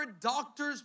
doctors